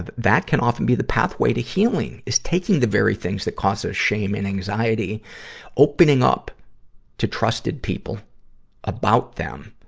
that can often be the pathway to healing, is taking the very things that causes shame and anxiety opening up to trusted people about them